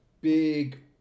big